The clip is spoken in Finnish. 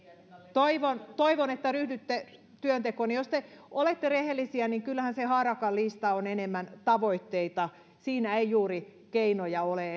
toivon toivon että ryhdytte työntekoon jos te olette rehellisiä niin kyllähän se harakan lista on enemmän tavoitteita siinä ei juuri keinoja ole